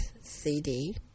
CD